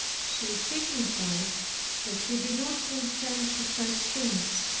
she signified that she did not consent to such things,